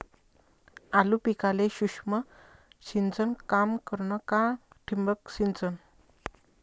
आलू पिकाले सूक्ष्म सिंचन काम करन का ठिबक सिंचन?